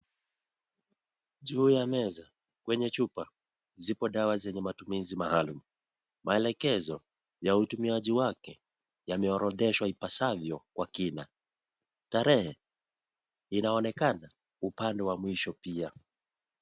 Juu ya meza kwenye chupa, zipo dawa zenye matumizi maalum. Maelekezo ya utumiaji wake, yameorodheshwa ipasavyo kwa kina. Tarehe inaonekana upande wa mwisho pia.